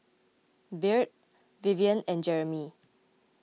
Byrd Vivien and Jeremy